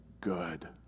good